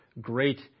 great